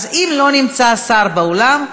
אם לא נמצא שר באולם,